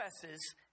confesses